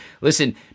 listen